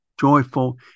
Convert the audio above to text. Joyful